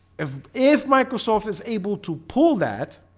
if if microsoft is able to pull that